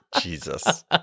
Jesus